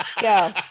go